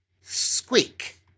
squeak